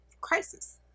crisis